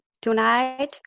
tonight